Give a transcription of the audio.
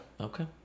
Okay